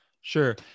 Sure